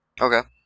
Okay